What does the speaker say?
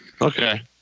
Okay